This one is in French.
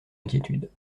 inquiétudes